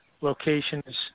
locations